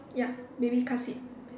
ya baby car seat